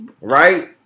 right